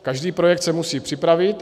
Každý projekt se musí připravit.